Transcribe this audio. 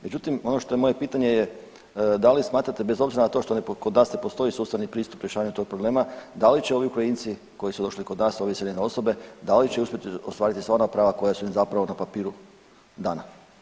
Međutim, ono što je moje pitanje da li smatrate bez obzira na to što kod nas ne postoji sustavni pristup rješavanja tog problema, da li će ovi Ukrajinci koji su došli kod nas, ove iseljene osobe, da li će uspjeti ostvariti sva ona prava koja su im zapravo na papiru dana.